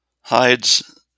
hides